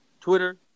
Twitter